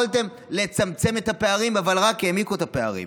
יכולתם לצמצם את הפערים, אבל רק העמיקו את הפערים.